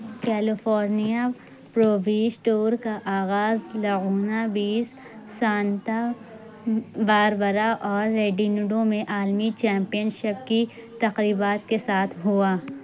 California پروبی store کا آغاز لعونا بیست سانتا باربرا اور ریڈی نوڈو میں عالمی چیمپئن شپ کی تقریبات کے ساتھ ہوا